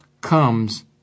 comes